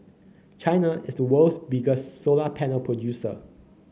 China is the world's biggest solar panel producer